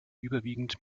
überwiegend